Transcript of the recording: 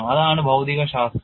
അതാണ് ഭൌതികശാസ്ത്രം